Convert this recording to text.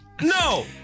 No